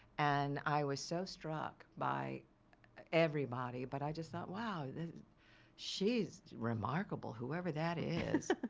and i was so struck by everybody, but i just thought wow she's remarkable, whoever that is.